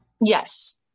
Yes